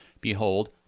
Behold